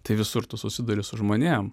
tai visur tu susiduriu su žmonėm